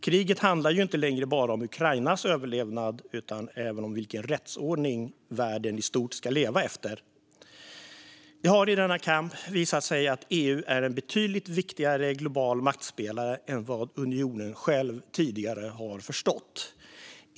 Kriget handlar ju inte längre bara om Ukrainas överlevnad utan även om vilken rättsordning världen i stort ska leva efter. Det har i denna kamp visat sig att EU är en betydligt viktigare global maktspelare än vad unionen själv tidigare har förstått.